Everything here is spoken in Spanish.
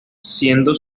siendo